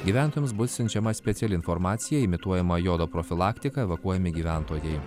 gyventojams bus siunčiama speciali informacija imituojama jodo profilaktika evakuojami gyventojai